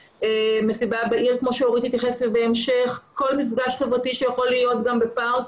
מסיבה בעיר, כל מפגש חברתי שיכול להיות גם בפארק.